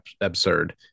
absurd